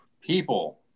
people